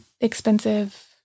expensive